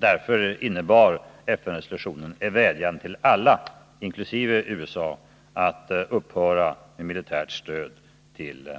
Därför innebar FN-resolutionen en vädjan till alla, inkl. USA, att upphöra med militärt stöd till